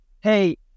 Hey